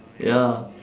ya